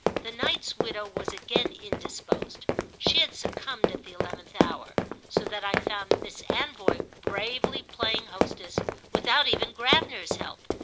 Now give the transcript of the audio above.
the knight's widow was again indisposed she had succumbed at the eleventh hour so that i found miss anvoy bravely playing hostess without even gravener's help,